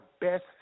best